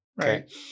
Right